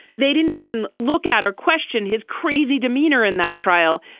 they didn't even look at or question his crazy demeanor in that trial.